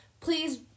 please